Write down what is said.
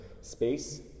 space